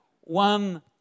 one